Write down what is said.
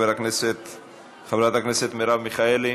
חברת הכנסת מרב מיכאלי,